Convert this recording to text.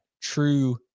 true